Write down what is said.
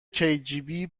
kgb